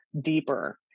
deeper